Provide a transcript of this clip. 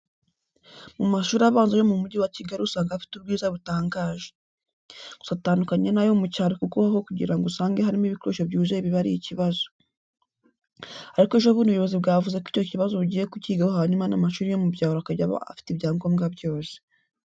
Mu mashuri abanza yo mu Mujyi wa Kigali usanga afite ubwiza butangaje. Gusa atandukanye n'ayo mu cyaro kuko ho kugira ngo usange harimo ibikoresho byuzuye biba ari ikibazo. Ariko ejo bundi ubuyobozi bwavuze ko icyo kibazo bugiye kucyigaho hanyuma n'amashuri yo mu byaro akajya aba afite ibyangombwa byose.